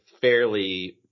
fairly